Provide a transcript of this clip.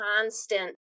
constant